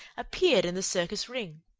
appeared in the circus ring.